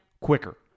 quicker